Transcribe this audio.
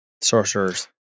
Sorcerers